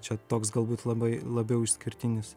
čia toks galbūt labai labiau išskirtinis